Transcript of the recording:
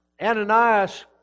Ananias